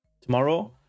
tomorrow